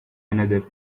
another